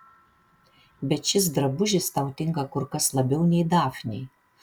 bet šis drabužis tau tinka kur kas labiau nei dafnei